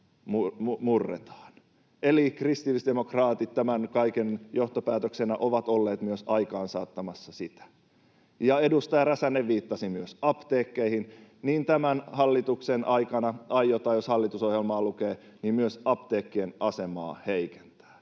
Eli kristillisdemokraatit tämän kaiken johtopäätöksenä ovat olleet myös aikaansaattamassa sitä. Edustaja Räsänen viittasi myös apteekkeihin, ja tämän hallituksen aikana aiotaan — jos hallitusohjelmaa lukee — myös apteekkien asemaa heikentää.